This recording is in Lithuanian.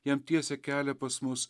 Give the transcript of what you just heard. jam tiesia kelią pas mus